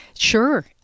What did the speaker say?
Sure